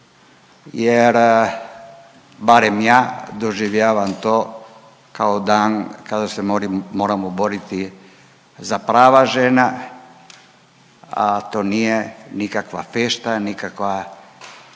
jer barem ja doživljavam to kao dan kada se moramo boriti za prava žena, a to nije nikakva fešta, nikakav